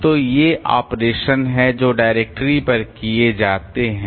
तो ये ऐसे ऑपरेशन हैं जो डायरेक्टरी पर किए जाते हैं